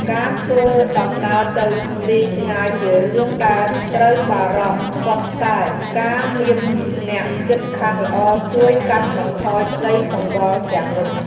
ការធ្វើដំណើរទៅទីឆ្ងាយជារឿងដែលត្រូវបារម្ភ ប៉ុន្តែការមានអ្នកជិតខាងល្អជួយកាត់បន្ថយក្តីកង្វល់ទាំងនោះ។